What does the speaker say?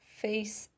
face